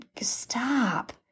stop